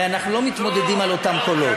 הרי אנחנו לא מתמודדים על אותם קולות.